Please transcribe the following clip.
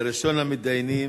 ראשון המתדיינים,